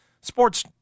sports